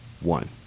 One